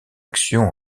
action